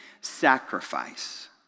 sacrifice